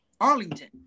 Arlington